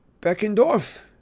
Beckendorf